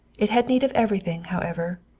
it had need of everything, however.